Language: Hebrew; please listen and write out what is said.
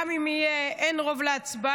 גם אם יהיה, אין רוב להצבעה.